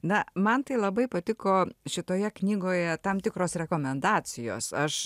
na man tai labai patiko šitoje knygoje tam tikros rekomendacijos aš